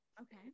okay